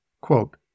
Quote